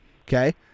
Okay